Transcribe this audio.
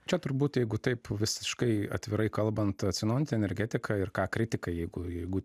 čia turbūt jeigu taip visiškai atvirai kalbant atsinaujinanti energetika ir ką kritikai jeigu jeigu